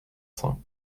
cent